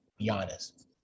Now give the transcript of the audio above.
Giannis